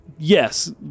yes